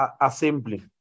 assembly